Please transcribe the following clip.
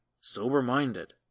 sober-minded